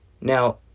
Now